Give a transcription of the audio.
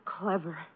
clever